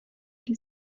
die